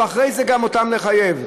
ואחרי זה גם אותם לחייב.